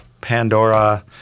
pandora